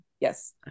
yes